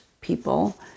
people